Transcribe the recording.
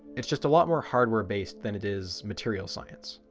it's just a lot more hardware based than it is material science.